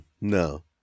No